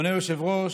אדוני היושב-ראש,